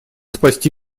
спасти